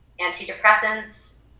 antidepressants